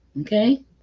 okay